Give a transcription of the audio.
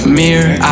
mirror